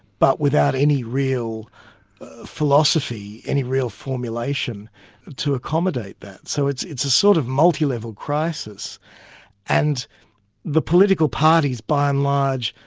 but without any real philosophy, any real formulation to accommodate that. so it's it's a sort of multi-level crisis and the political parties, by and large,